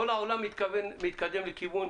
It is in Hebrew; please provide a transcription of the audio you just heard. כל העולם מתקדם לכיוון